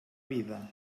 vida